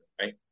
right